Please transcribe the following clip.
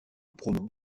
pronoms